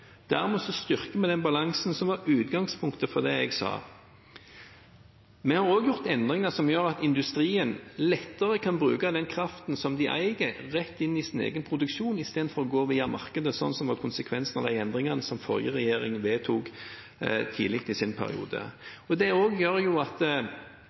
Dermed styrker vi den balansen som var utgangspunktet for det jeg sa. Vi har også gjort endringer som medfører at industrien lettere kan bruke den kraften de eier rett inn i sin egen produksjon, istedenfor å gå via markedet, noe som var konsekvensen av de endringene den forrige regjeringen vedtok tidlig i sin periode. Det gjør at